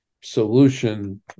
solution